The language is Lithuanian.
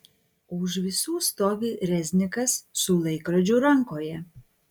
o už visų stovi reznikas su laikrodžiu rankoje